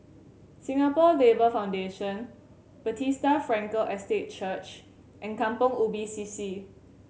Singapore Labour Foundation Bethesda Frankel Estate Church and Kampong Ubi C C